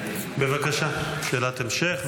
אפשר שאלת המשך?